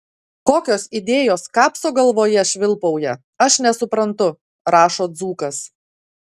kokios idėjos kapso galvoje švilpauja aš nesuprantu rašo dzūkas